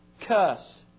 curse